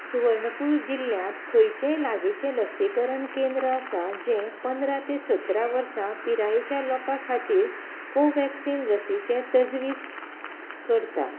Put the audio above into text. सुवर्णपूर जिल्ल्यांत खंयचेंय लागींचें लसीकरण केंद्र आसा जें पंदरा ते सतरा वर्सां पिरायेच्या लोकां खातीर कोवॅक्सीन लसीचें तजवीज करता